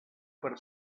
per